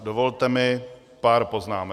Dovolte mi pár poznámek.